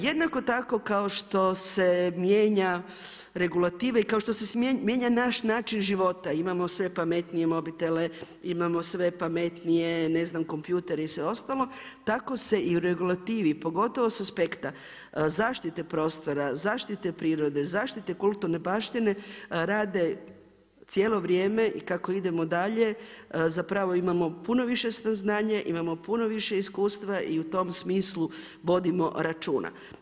Jednako tako kao što se mijenja regulativa i kao što se mijenja naš način života, imamo sve pametnije mobitele, imamo sve pametnije ne znam, kompjutere i sve ostalo, tako se i u regulativi, pogotovo s aspekta zaštite prostora, zaštite prirode, zaštite kulturne baštine rade cijelo vrijeme i kako idemo dalje zapravo imamo puno više saznanja, imamo puno više iskustva i u tom smislu vodimo računa.